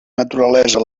naturalesa